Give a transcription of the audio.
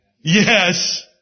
Yes